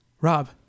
Rob